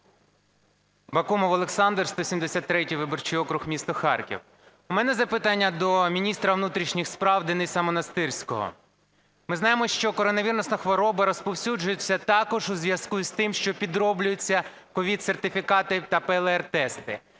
Бакумов Олександр, 173 виборчий округ, місто Харків. У мене запитання до міністра внутрішніх справ Дениса Монастирського. Ми знаємо, що коронавірусна хвороба розповсюджується також у зв'язку з тим, що підроблюються COVID-сертифікати та ПЛР-тести